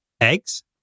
Eggs